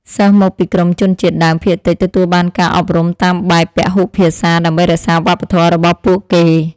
សិស្សមកពីក្រុមជនជាតិដើមភាគតិចទទួលបានការអប់រំតាមបែបពហុភាសាដើម្បីរក្សាវប្បធម៌របស់ពួកគេ។